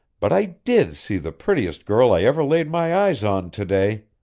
but i did see the prettiest girl i ever laid my eyes on to-day!